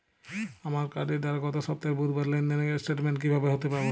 আমার কার্ডের দ্বারা গত সপ্তাহের বুধবারের লেনদেনের স্টেটমেন্ট কীভাবে হাতে পাব?